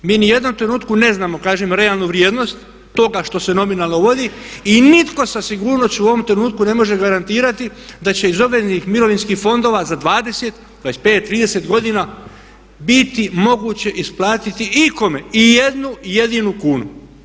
Mi u ni jednom trenutku ne znamo kažem realnu vrijednost toga što se nominalno vodi i nitko sa sigurnošću u ovom trenutku ne može garantirati da će iz obveznih mirovinskih fondova za 20, 25, 30 godina biti moguće isplatiti ikome i jednu jedinu kunu.